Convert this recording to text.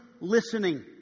listening